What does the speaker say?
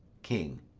king.